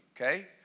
okay